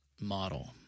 model